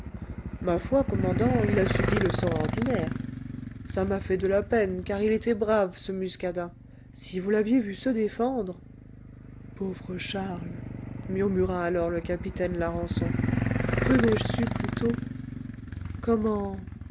ma foi commandant il a subi le sort ordinaire ça m'a fait de la peine car il était brave ce muscadin si vous l'aviez vu se défendre pauvre charles murmura alors le capitaine larençon que n'ai-je su plus tôt comment